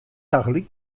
tagelyk